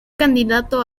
candidato